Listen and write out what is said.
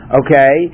okay